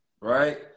right